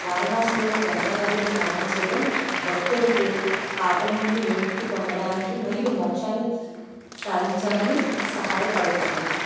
వారణాసిలోని గంగా నదిలో స్నానం చేయడం భక్తులకు పాపం నుండి విముక్తి పొందడానికి మరియు మోక్షాన్ని సాధించామని సహాయపడుతుంది